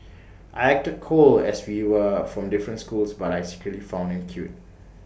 I acted cold as we were from different schools but I secretly found him cute